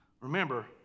Remember